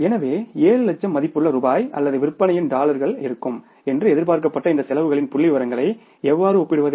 எனவே 7 லட்சம் மதிப்புள்ள ரூபாய் அல்லது டாலர்கள் விற்பனை இருக்கும் என்று எதிர்பார்க்கப்பட்ட இந்த செலவுகளின் புள்ளிவிவரங்களை எவ்வாறு ஒப்பிடுவது